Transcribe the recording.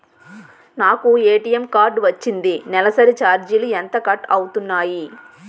నాకు ATM card వచ్చింది నెలసరి ఛార్జీలు ఎంత కట్ అవ్తున్నాయి?